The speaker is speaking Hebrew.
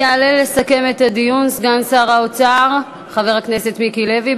יעלה לסכם את הדיון סגן שר האוצר חבר הכנסת מיקי לוי,